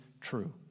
true